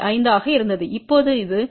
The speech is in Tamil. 5 ஆக இருந்தது இப்போது அது 36